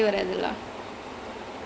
mm mm